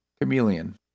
Chameleon